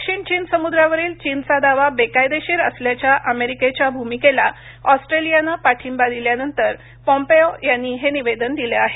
दक्षिण चीन समुद्रावरील चीनचा दावा बेकायदेशीर असल्याच्या अमेरिकेच्या भूमिकेला ऑस्ट्रेलियानं पाठिंबा दिल्यानंतर पॉम्पेओ यांनी हे निवेदन दिलं आहे